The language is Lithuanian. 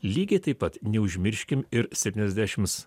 lygiai taip pat neužmirškim ir septyniasdešims